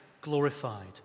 glorified